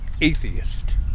atheist